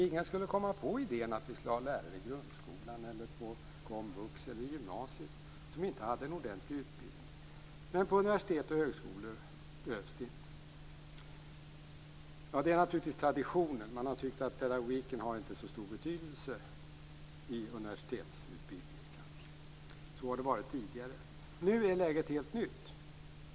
Ingen skulle komma på idén att vi skulle ha lärare i grundskolan, på komvux eller i gymnasiet som inte hade en ordentlig utbildning. Men på universitet och högskolor behövs det inte. Det är naturligtvis en tradition. Man har kanske tyckt att pedagogiken inte har så stor betydelse i universitetsutbildningen. Så har det varit tidigare. Nu är läget helt annorlunda.